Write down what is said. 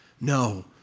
No